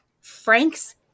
Frank's